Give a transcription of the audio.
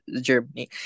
Germany